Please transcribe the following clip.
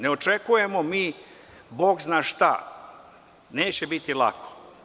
Ne očekujemo mi bog zna šta, neće biti lako.